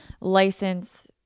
license